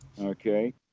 Okay